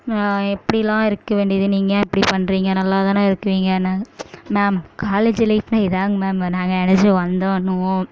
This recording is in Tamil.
எப்படியெல்லாம் இருக்கற வேண்டியது நீங்கள் இப்படி பண்ணுறீங்க நல்லாதான் இருக்கிறீங்கன்னாங்க மேம் காலேஜ் லைஃப்னா இதாங்க மேம் நாங்கள் நினச்சி வந்தோன்னுவோம்